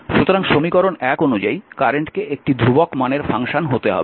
সুতরাং সমীকরণ 1 অনুযায়ী কারেন্টকে একটি ধ্রুবক মানের ফাংশন হতে হবে